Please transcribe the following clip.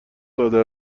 داده